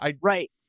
Right